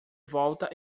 volta